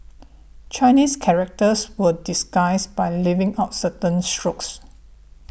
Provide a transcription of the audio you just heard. Chinese characters were disguised by leaving out certain strokes